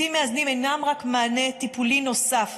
בתים מאזנים אינם רק מענה טיפולי נוסף,